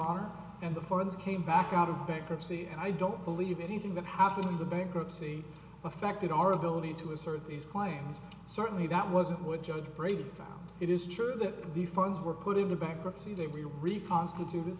arm and the funds came back out of bankruptcy and i don't believe anything that happened in the bankruptcy affected our ability to assert these claims certainly that wasn't what judge brady found it is true that these funds were put into bankruptcy that we re prostitute